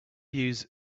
use